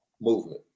movement